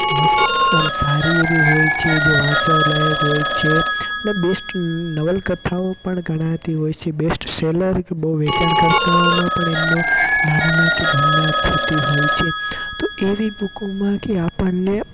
મસ્ત આમ સારી એવી હોય છે જે વાંચવાલાયક હોય છે અને બેસ્ટ નવલકથાઓ પણ ગણાતી હોય છે બેસ્ટસેલર કે બહુ વેચાણકર્તાઓમાં પણ એમનું નામના કે ગણના થતી હોય છે તો એવી બુકોમાં કે આપણને